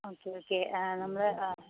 okay okay നമ്മള്